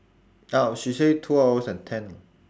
oh she say two hours and ten lah